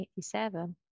1987